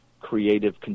creative